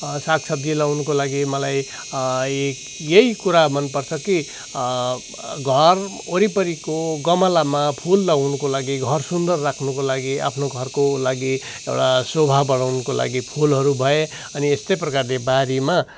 सागसब्जी लाउनुको लागि मलाई यही कुरा मनपर्छ कि घर वरिपरिको गमलामा फुल लाउनुको लागि घर सुन्दर राख्नुको लागि आफ्नो घरको लागि एउटा शोभा बढाउनुको लागि फुलहरू भए अनि यस्तै प्रकारले बारीमा